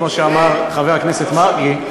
כמו שאמר חבר הכנסת מרגי.